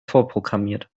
vorprogrammiert